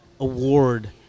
Award